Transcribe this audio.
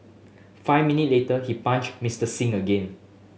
five minute later he punched Mister Singh again